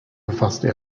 befasste